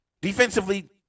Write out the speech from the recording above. Defensively